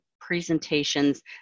presentations